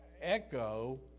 echo